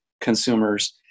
consumers